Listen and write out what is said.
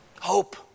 Hope